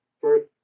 First